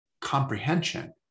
comprehension